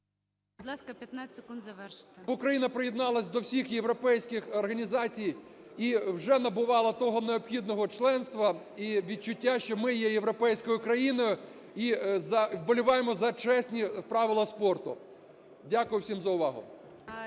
Будь ласка, 15 секунд завершити. ТЕТЕРУК А.А. Щоб Україна приєдналася до всіх європейських організацій і вже набувала того необхідного членства і відчуття, що ми є європейською країною і вболіваємо за чесні правила спорту. Дякую всім за увагу.